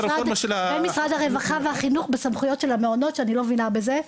במשרד הרווחה והחינוך בסמכויות של המעונות שאני לא מבינה בזה,